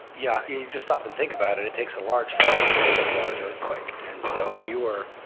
yeah you you just stop and think about it, it takes a large fault to produce a large earthquake. and so if you were,